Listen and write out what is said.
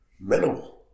minimal